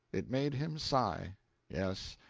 it made him sigh yes,